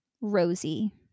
rosy